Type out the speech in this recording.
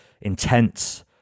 intense